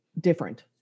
different